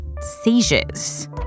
seizures